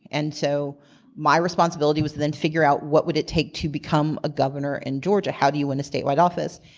and so my responsibility was to then figure out what would it take to become a governor in georgia. how do you win a statewide office?